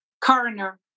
coroner